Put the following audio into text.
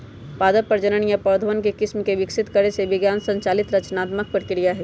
पादप प्रजनन नया पौधवन के किस्म के विकसित करे के विज्ञान संचालित रचनात्मक प्रक्रिया हई